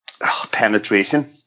penetration